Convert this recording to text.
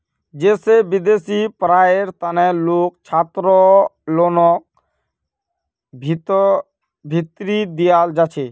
जैसे विदेशी पढ़ाईयेर तना लोन छात्रलोनर भीतरी दियाल जाछे